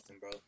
bro